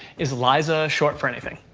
is liza short for anything?